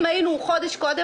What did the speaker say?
אם היינו חודש קודם,